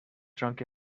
drunk